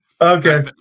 Okay